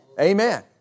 Amen